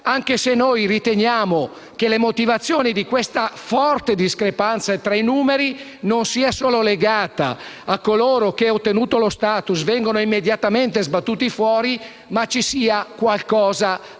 anche se riteniamo che le motivazioni di questa forte discrepanza tra i numeri non siano solo legate a coloro che, ottenuto lo *status*, vengono immediatamente sbattuti fuori, ma ci sia qualcosa d'altro.